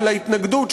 של ההתנגדות,